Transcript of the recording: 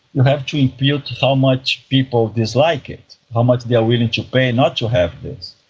you have to impute how much people dislike it, how much they are willing to pay not to have this.